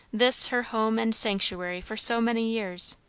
this her home and sanctuary for so many years,